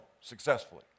successfully